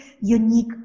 unique